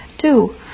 Two